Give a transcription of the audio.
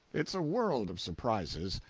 it's a world of surprises.